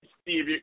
Steve